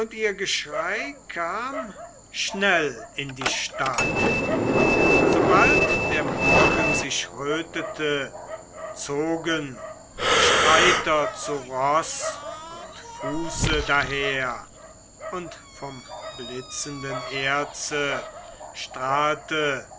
ihr geschrei kam schnell in die stadt sobald der morgen sich rötete zogen streiter zu roß und fuße daher und vom blitzenden erze strahlte